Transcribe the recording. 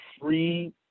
free